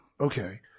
Okay